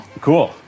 Cool